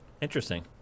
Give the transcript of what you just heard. Interesting